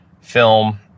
film